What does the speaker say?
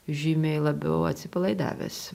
žymiai labiau atsipalaidavęs